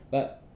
but